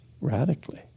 radically